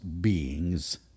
beings